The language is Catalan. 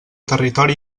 territori